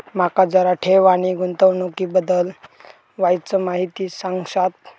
माका जरा ठेव आणि गुंतवणूकी बद्दल वायचं माहिती सांगशात?